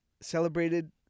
celebrated